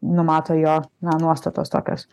numato jo na nuostatos tokios